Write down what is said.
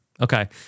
okay